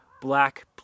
black